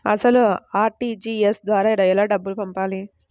అసలు అర్.టీ.జీ.ఎస్ ద్వారా ఎలా డబ్బులు పంపాలి?